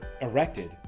erected